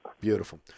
Beautiful